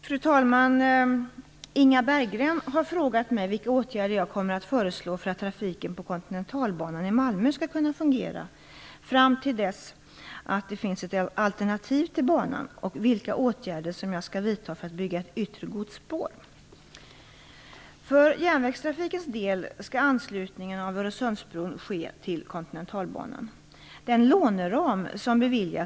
Fru talman! Inga Berggren har frågat mig vilka åtgärder jag kommer att föreslå för att trafiken på Kontinentalbanan i Malmö skall kunna fungera fram till dess att det finns ett alternativ till banan och vilka åtgärder som jag skall vidta för att bygga ett yttre godsspår.